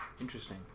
Interesting